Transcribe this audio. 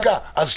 סליחה.